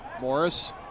Morris